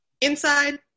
inside